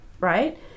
right